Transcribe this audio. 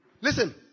Listen